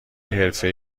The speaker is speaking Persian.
حرفه